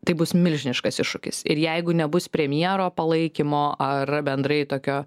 tai bus milžiniškas iššūkis ir jeigu nebus premjero palaikymo ar bendrai tokio